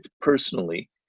personally